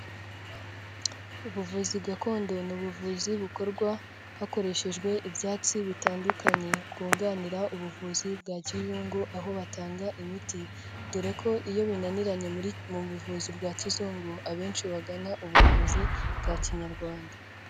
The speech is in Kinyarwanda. Ubuvuzi gakondo ni ubuvuzi bukorwa hakoreshejwe ibyatsi bitandukanye bwunganira ubuvuzi bwa kizungu aho batanga imiti, dore ko iyo binaniranye mu buvuzi bwa kizungu abenshi bagana ubuvuzi bwa kinyarwanda.